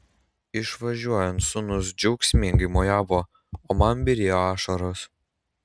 išvažiuojant sūnus džiaugsmingai mojavo o man byrėjo ašaros